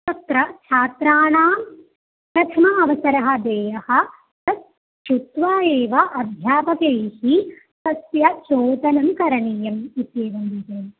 तत्र छात्राणां प्रथमः अवसरः देयः तत् श्रुत्वा एव अध्यापकैः तस्य चोदनं करणीयम् इत्येवं रूपेण